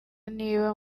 niba